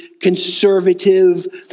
conservative